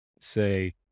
say